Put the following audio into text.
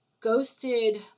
ghosted